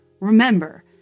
Remember